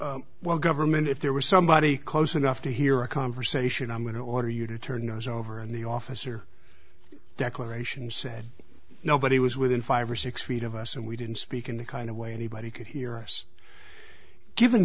well government if there was somebody close enough to hear a conversation i'm going to order you to turn those over and the officer declaration said nobody was within five or six feet of us and we didn't speak in the kind of way anybody could hear us given